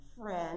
friend